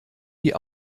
die